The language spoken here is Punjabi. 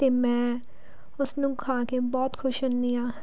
ਅਤੇ ਮੈਂ ਉਸ ਨੂੰ ਖਾ ਕੇ ਬਹੁਤ ਖੁਸ਼ ਹੁੰਦੀ ਹਾਂ